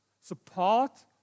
support